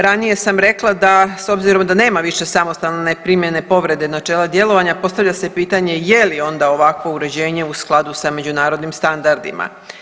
Ranije sam rekla da s obzirom da nema više samostalne primjene povrede načela djelovanja postavlja se pitanje je li onda ovakvo uređenje u skladu sa međunarodnim standardima.